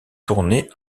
tournées